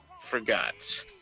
Forgot